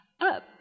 up